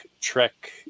trek